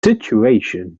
situation